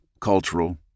cultural